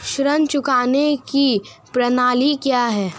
ऋण चुकाने की प्रणाली क्या है?